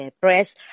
press